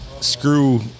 screw